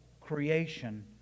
creation